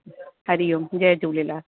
हरि ओम जय झूलेलाल